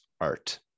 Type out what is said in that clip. art